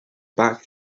back